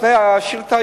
לפני השאילתא,